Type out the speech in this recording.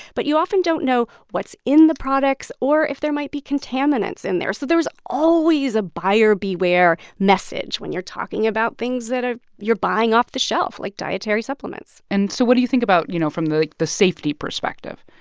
but you often don't know what's in the products or if there might be contaminants in there. so there's always a buyer beware message when you're talking about things that ah you're buying off the shelf, like dietary supplements and so what do you think about, you know, from, like, the safety perspective?